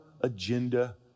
agenda